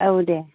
औ दे